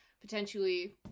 potentially